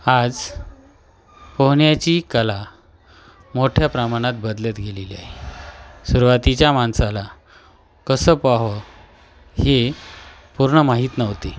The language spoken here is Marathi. आज पोहण्याची कला मोठ्या प्रमाणात बदलत गेलेली आहे सुरुवातीच्या माणसाला कसं पोहावं हे पूर्ण माहीत नव्हती